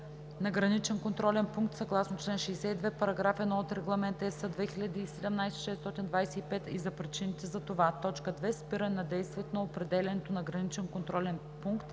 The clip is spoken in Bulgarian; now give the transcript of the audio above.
на граничен контролен пункт съгласно чл. 62, параграф 1 от Регламент (EС) 2017/625 и за причините за това; 2. спиране на действието на определянето на граничен контролен пункт